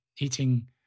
Eating